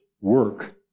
work